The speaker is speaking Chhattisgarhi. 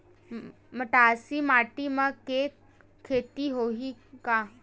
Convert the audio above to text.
मटासी माटी म के खेती होही का?